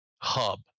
hub